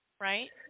Right